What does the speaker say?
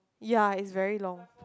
ya it's very long